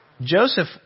Joseph